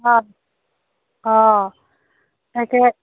অঁ অঁ তাকে